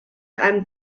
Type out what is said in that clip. einem